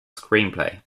screenplay